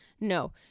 No